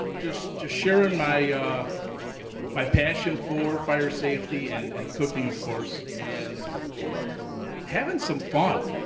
just to share in my my passion for fire safety and and cooking, of course, and having some fun.